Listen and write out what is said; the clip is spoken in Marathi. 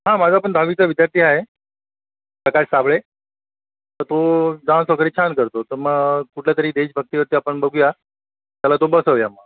हं माझा पण दहावीचा विद्यार्थी आहे प्रकाश साबळे तर तो डान्स वगैरे छान करतो तर मग कुठलं तरी देशभक्तीवरती आपण बघू या त्याला तो बसवू या